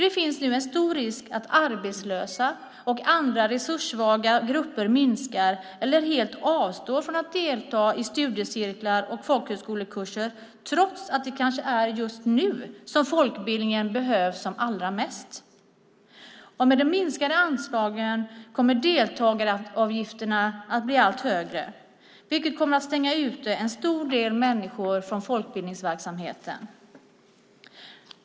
Det finns nu en stor risk att arbetslösa och andra resurssvaga grupper minskar sitt deltagande eller avstår helt från att delta i studiecirklar och folkhögskolekurser, trots att det kanske är just nu som folkbildningen behövs som allra mest. Med de minskade anslagen kommer deltagaravgifterna att bli allt högre, vilket kommer att stänga ute en stor del människor från folkbildningsverksamheten.